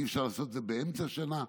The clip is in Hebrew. אי-אפשר לעשות את זה באמצע שנה.